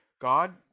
God